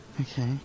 Okay